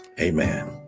Amen